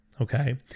Okay